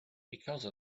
because